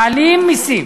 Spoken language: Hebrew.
מעלים מסים.